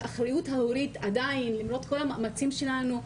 שהאחריות ההורית עדיין למרות כל המאמצים שלנו,